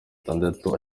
itandatu